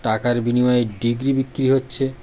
টাকার বিনিময়ে ডিগ্রি বিক্রি হচ্ছে